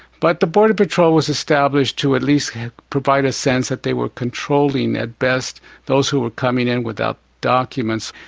but the border patrol was established to at least provide a sense that they were controlling at best those who were coming in without documents,